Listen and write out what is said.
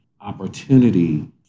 opportunity